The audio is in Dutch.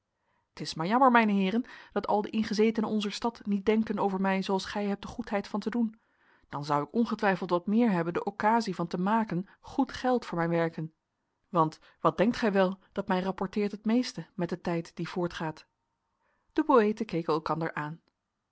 t is maar jammer mijne heeren dat al de ingezetenen onzer stad niet denken over mij zooals gij hebt de goedheid van te doen dan zou ik ongetwijfeld wat meer hebben de occasie van te maken goed geld voor mijn werken want wat denkt gij wel dat mij rapporteert het meeste met den tijd die voortgaat de poëten keken elkander aan